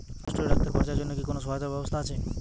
আলু স্টোরে রাখতে খরচার জন্যকি কোন সহায়তার ব্যবস্থা আছে?